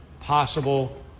possible